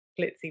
glitzy